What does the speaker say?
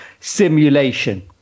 Simulation